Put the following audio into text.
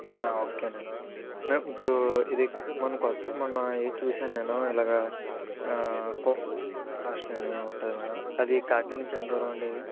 ఓకేనండి మేడమ్ ఇప్పుడు ఇది మొన్న చూసాను నేను ఇలాగ కోక్ బస్ట్ అని ఉంటుంది మేడమ్ అది కాకినాడ నుంచి ఎంత దూరం అండి అది